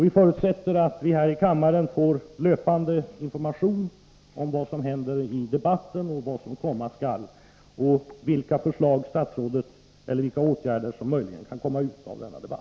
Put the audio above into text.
Vi förutsätter att vi här i kammaren får löpande information om vad som händer i debatten och vilka förslag eller åtgärder som kan komma till följd av den.